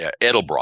edelbrock